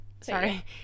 sorry